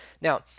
Now